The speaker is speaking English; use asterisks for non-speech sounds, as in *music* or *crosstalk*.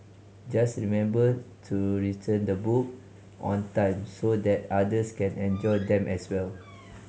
just remember to return the book on time so that others can *noise* enjoy them as well